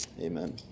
Amen